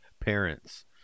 parents